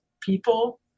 people